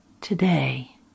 today